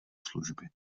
služby